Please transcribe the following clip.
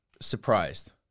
surprised